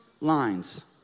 lines